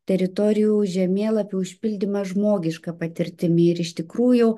teritorijų žemėlapių užpildymas žmogiška patirtimi ir iš tikrųjų